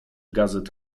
gazet